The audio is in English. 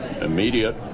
immediate